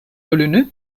rolünü